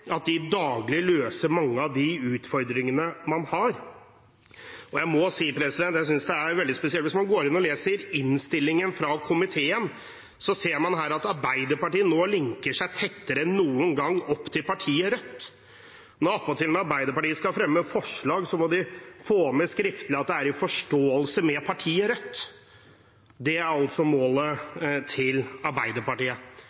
daglig løser mange av utfordringene de har. Jeg må si jeg synes dette er veldig spesielt, og hvis man leser innstillingen fra komiteen, ser man at Arbeiderpartiet nå linker seg tettere enn noen gang til partiet Rødt. Og attpåtil: Når Arbeiderpartiet skal fremme forslag, må de få med skriftlig at det er i forståelse med partiet Rødt. Det er altså